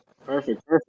Perfect